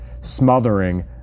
smothering